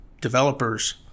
developers